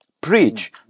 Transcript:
preach